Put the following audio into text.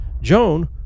Joan